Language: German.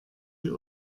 die